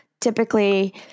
Typically